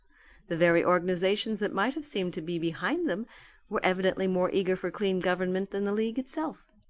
the very organizations that might have seemed to be behind them were evidently more eager for clean government than the league itself.